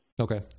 Okay